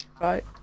Right